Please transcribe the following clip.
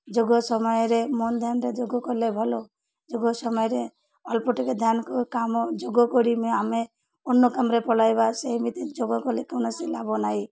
ଯୋଗ ସମୟରେ ମନ ଧ୍ୟାନରେ ଯୋଗ କଲେ ଭଲ ଯୋଗ ସମୟରେ ଅଳ୍ପ ଟିକେ ଧ୍ୟାନ କାମ ଯୋଗ କରି ଆମେ ଅନ୍ୟ କାମରେ ପଲାଇବା ସେମିତି ଯୋଗ କଲେ କୌନସି ଲାଭ ନାହିଁ